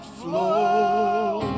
flow